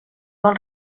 vol